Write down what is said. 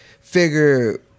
figure